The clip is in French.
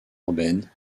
urbaine